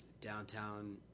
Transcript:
downtown